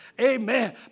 Amen